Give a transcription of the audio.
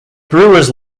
brewers